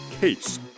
Case